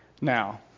Now